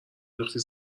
نداختی